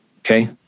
Okay